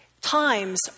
times